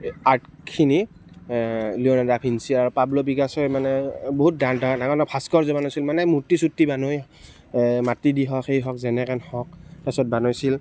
আৰ্টখিনি Leonardo da Vinci আৰু Pablo পিকাচ'য়ে মানে বহুত ডাঙৰ ডাঙৰ ভাস্কৰ্য্য বনাইছিল মানে মূৰ্ত্তি চূৰ্তি মানুহে মাটি দি হওক হেই হওক যেনেকৈ নহওক তাৰ পাছত বনাইছিল